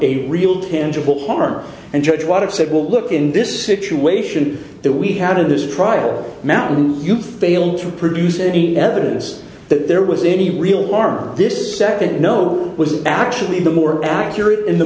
a real tangible harm and judge what it said will look in this situation that we had in this trial mountain you failed to produce any evidence that there was any real harm this second no one was actually the more accurate in the